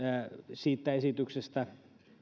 siitä esityksestä